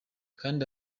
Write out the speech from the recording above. kandi